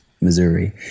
Missouri